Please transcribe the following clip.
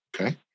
Okay